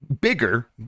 bigger